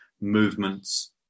movements